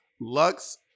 lux